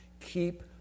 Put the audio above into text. Keep